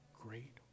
great